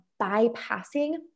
bypassing